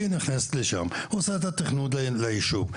היא נכנסת לשם והיא עושה את התכנון ליישוב,